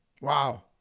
Wow